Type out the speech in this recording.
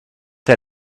der